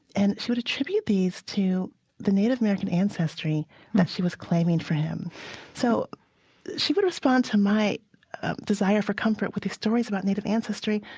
and she would attribute these to the native american ancestry that she was claiming for him so she would respond to my desire for comfort with these stories about native ancestry,